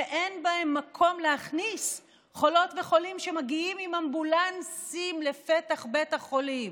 שאין בהם מקום להכניס חולות וחולים שמגיעים באמבולנסים לפתח בית החולים,